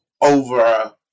over